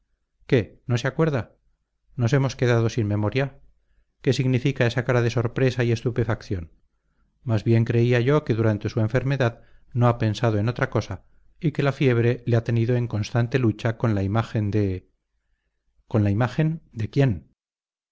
qué no se acuerda nos hemos quedado sin memoria qué significa esa cara de sorpresa y estupefacción más bien creía yo que durante su enfermedad no ha pensado en otra cosa y que la fiebre le ha tenido en constante lucha con la imagen de con la imagen de quién